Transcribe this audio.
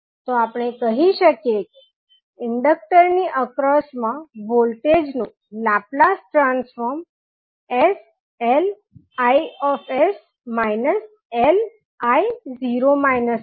તો આપણે કહી શકીએ કે ઇન્ડક્ટર ની અક્રોસ મા વોલ્ટેજ નું લાપ્લાસ ટ્રાન્સફોર્મ sLIs Li0 છે